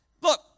Look